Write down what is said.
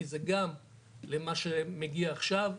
כי זה גם למה שמגיע עכשיו,